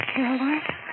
Caroline